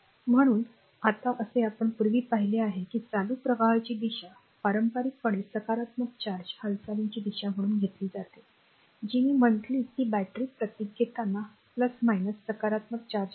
म्हणून आता जसे आपण पूर्वी पाहिले आहे की चालू प्रवाहाची दिशा पारंपरिकपणे सकारात्मक चार्ज हालचालीची दिशा म्हणून घेतली जाते जी मी म्हणाली ती बॅटरी प्रतीक घेताना सकारात्मक चार्ज वाहते आहे